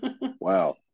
wow